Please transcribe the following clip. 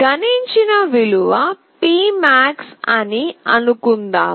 గణించిన విలువ P max అని అనుకుందాం